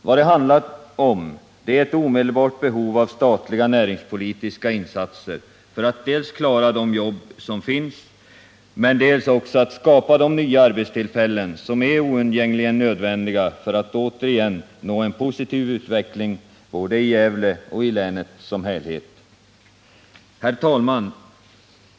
Vad det handlar om är ett omedelbart behov av statliga näringspolitiska insatser för att dels klara de jobb som finns, dels också skapa de nya arbetstillfällen som är oundgängligen nödvändiga för att återigen nå en positiv utveckling både i Gävle och i länet som helhet. Herr talman!